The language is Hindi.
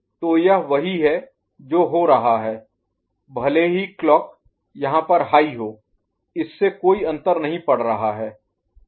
तो यह वही है जो हो रहा है भले ही क्लॉक यहाँ पर हाई हो इससे कोई अंतर नहीं पड़ रहा है